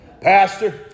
Pastor